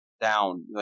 down